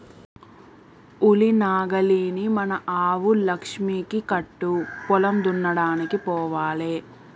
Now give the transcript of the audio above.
ఉలి నాగలిని మన ఆవు లక్ష్మికి కట్టు పొలం దున్నడానికి పోవాలే